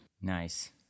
Nice